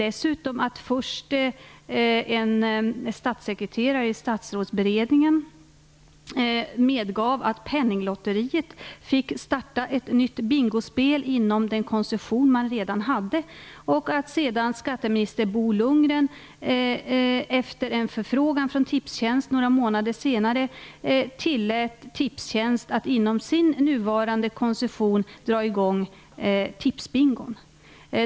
En statssekreterare i Statsrådsberedningen medgav vidare att Penninglotteriet fick starta ett nytt bingospel inom ramen för den koncession som man där redan hade. Sedan tillät skatteminister Bo Lundgren, efter en förfrågan från Tipstjänst några månader senare, Tipstjänst att inom dess nuvarande koncession dra i gång Tipsbingo.